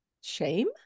shame